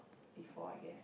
before I guess